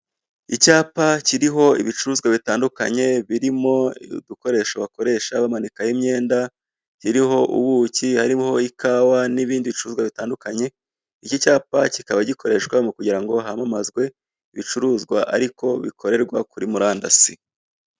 Icyapa kiriho ibicuruzwa bitandukanye birimo udukoresho bakoresha bamanikaho imyenda kiriho: ubuki hariho ikawa n'ibindi bicuruzwa bitandukanye, icyi cyapa kikaba gikoreshwa mukugirango hamamazwe ibicuruzwa ariko bikorerwa kuri murandasi.